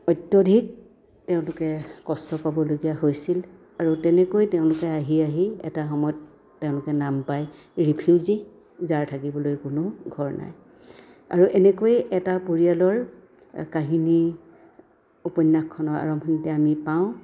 অত্যাধিক তেওঁলোকে কষ্ট পাবলগীয়া হৈছিল আৰু তেনেকৈ তেওঁলোকে আহি আহি এটা সময়ত তেওঁলোকে নাম পায় ৰিফিউজি যাৰ থাকিবলৈ কোনো ঘৰ নাই আৰু এনেকৈয়ে এটা পৰিয়ালৰ কাহিনী উপন্যাসখনৰ আৰম্ভণিতে আমি পাওঁ